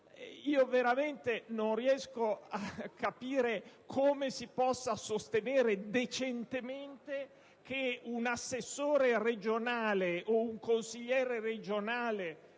veramente non riesco a capire come si possa sostenere decentemente che un assessore regionale o un consigliere regionale,